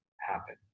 happen